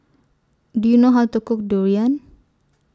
Do YOU know How to Cook Durian